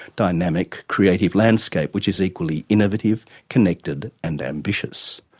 dynamic creative landscape which is equally innovative, connected and ambitious.